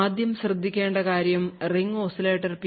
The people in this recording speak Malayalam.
ആദ്യം ശ്രദ്ധിക്കേണ്ട കാര്യം റിംഗ് ഓസിലേറ്റർ പി